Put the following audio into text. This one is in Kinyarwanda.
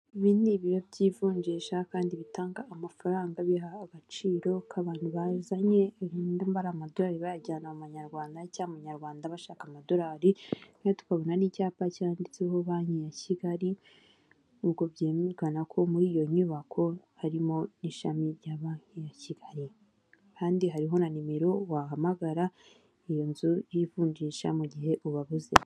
Ibi ni ibiro by'ivunjisha kandi bitanga amafaranga biha agaciro k'abantu bazanye nimba amadolari bayajyana mu banyarwanda icyamuyarwanda bashaka amadolari kandi tukabona n'icyapa cyanditseho banki ya Kigali ubwo byemekana ko muri iyo nyubako harimo n ishami rya banki ya kigali kandi hariho na nimero wahamagara iyo nzu y'ivunjisha mu gihe ubabuze.